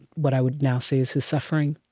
what i would now say is his suffering,